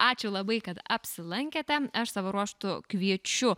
ačiū labai kad apsilankte aš savo ruožtu kviečiu